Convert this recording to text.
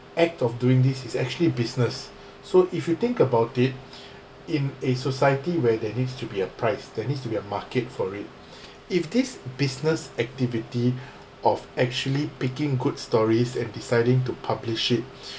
act of doing this is actually business so if you think about it in a society where there needs to be a price there needs to be a market for it if this business activity of actually picking good stories and deciding to publish it